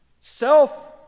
Self